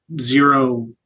zero